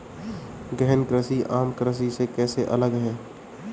गहन कृषि आम कृषि से कैसे अलग है?